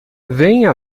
venha